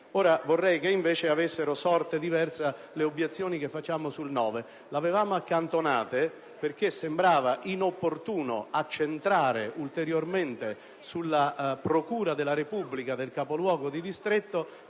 vorrei che avessero una sorte diversa le obiezioni che avanziamo sull'articolo 9. L'avevamo accantonato perché sembrava inopportuno accentrare ulteriormente sulla procura della Repubblica del capoluogo di distretto